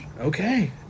Okay